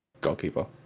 goalkeeper